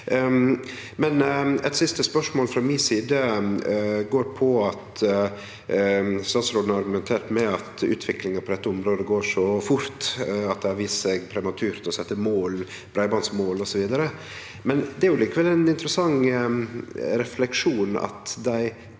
Eit siste spørsmål frå mi side går på at statsråden har argumentert med at utviklinga på dette området går så fort at det har vist seg prematurt å setje mål, som breibandmål osv. Det er likevel ein interessant refleksjon at dei